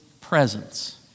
presence